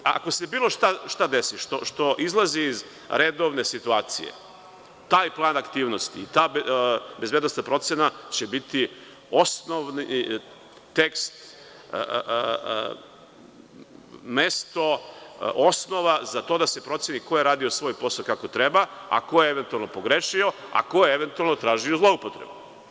Ako se bilo šta desi što izlazi iz redovne situacije, taj plan aktivnosti i ta bezbednosna procena će biti osnovni tekst, mesto osnova za to da se proceni ko je radio svoj posao kako treba, a ko je eventualno pogrešio, a ko je eventualno tražio zloupotrebu.